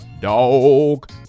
dog